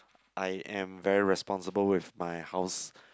I am very responsible with my house